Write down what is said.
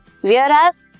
Whereas